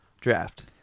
draft